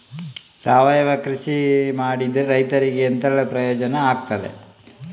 ಸಾವಯವ ಕೃಷಿ ಮಾಡಿದ್ರೆ ರೈತರಿಗೆ ಎಂತೆಲ್ಲ ಪ್ರಯೋಜನ ಆಗ್ತದೆ?